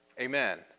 Amen